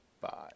Bye